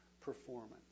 performance